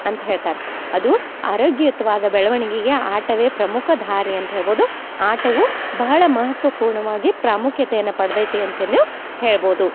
ಅಂತ ಹೇಳ್ತಾರೆ ಅದು ಆರೋಗ್ಯಯುತ್ವಾದ ಬೆಳ್ವಣ್ಗೆಗೆ ಆಟವೇ ಪ್ರಮುಖ ದಾರಿ ಅಂತ ಹೇಳ್ಬೋದು ಆಟವು ಬಹಳ ಮಹತ್ವಪೂರ್ಣವಾಗಿ ಪ್ರಾಮುಖ್ಯತೆಯನ್ನು ಪಡೆದೈತಿ ಅಂತನೂ ಹೇಳ್ಬೋದು